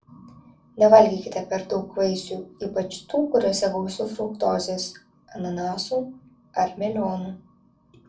nevalgykite per daug vaisių ypač tų kuriuose gausu fruktozės ananasų ar melionų